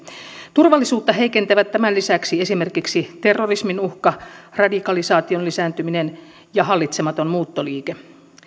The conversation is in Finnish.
turvallisuutta heikentävät tämän lisäksi esimerkiksi terrorismin uhka radikalisaation lisääntyminen ja hallitsematon muuttoliike